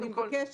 אני יושב